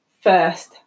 first